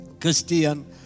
Christian